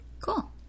Cool